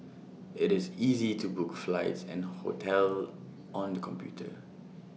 IT is easy to book flights and hotels on the computer